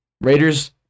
Raiders